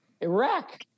Iraq